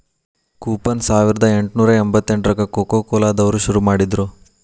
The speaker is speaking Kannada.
ಕೂಪನ್ ಸಾವರ್ದಾ ಎಂಟ್ನೂರಾ ಎಂಬತ್ತೆಂಟ್ರಾಗ ಕೊಕೊಕೊಲಾ ದವ್ರು ಶುರು ಮಾಡಿದ್ರು